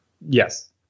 Yes